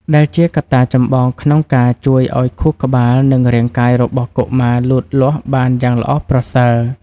ដែលជាកត្តាចម្បងក្នុងការជួយឱ្យខួរក្បាល និងរាងកាយរបស់កុមារលូតលាស់បានយ៉ាងល្អប្រសើរ។